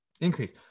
increase